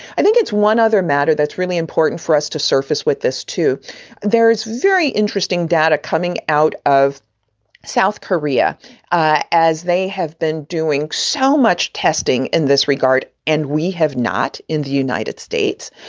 i think it's one other matter that's really important for us to surface with this, too there is very interesting data coming out of south korea as they have been doing so much testing in this regard. and we have not in the united states.